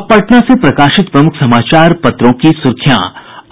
अब पटना से प्रकाशित प्रमुख समाचार पत्रों की सुर्खियां